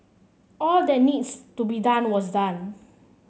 all that needs to be done was done